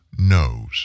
knows